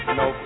no